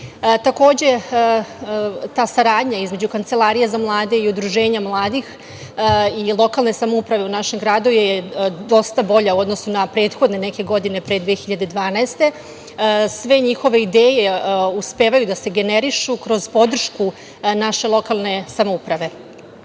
ta saradnja između Kancelarije za mlade i udruženja mladih i lokalne samouprave u našem gradu je dosta bolja u odnosu na prethodne neke godine pre 2012. godine. Sve njihove ideje uspevaju da se generišu kroz podršku naše lokalne samouprave. Mi